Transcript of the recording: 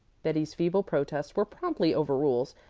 betty's feeble protests were promptly overruled,